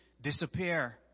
Disappear